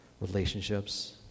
relationships